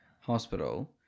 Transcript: hospital